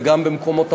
וגם במקומות עבודה,